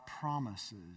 promises